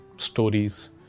stories